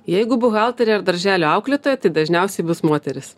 jeigu buhalterė ar darželio auklėtoja tai dažniausiai bus moteris